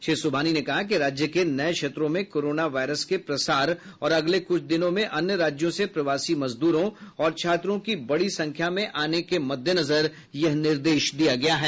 श्री सुबहानी ने कहा कि राज्य के नये क्षेत्रों में कोरोना वायरस के प्रसार और अगले कुछ दिनों में अन्य राज्यों से प्रवासी मजदूरों और छात्रों के बड़ी संख्या में आने मद्देनजर यह निर्देश दिया गया है